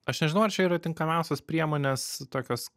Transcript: aš nežinau ar čia yra tinkamiausios priemonės tokios